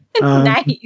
Nice